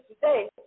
today